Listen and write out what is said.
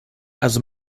also